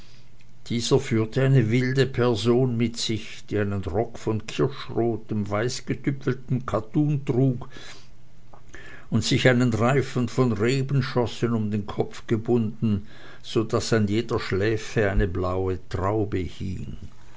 dieser führte eine wilde person mit sich die einen rock von kirschrotem weißgetüpfeltem kattun trug und sich einen reifen von rebenschossen um den kopf gebunden so daß an jeder schläfe eine blaue traube hing